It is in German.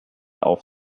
auf